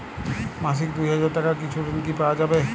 মাসিক দুই হাজার টাকার কিছু ঋণ কি পাওয়া যাবে?